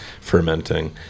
fermenting